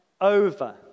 over